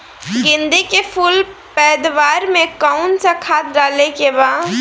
गेदे के फूल पैदवार मे काउन् सा खाद डाले के बा?